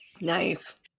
Nice